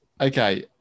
Okay